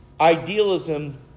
idealism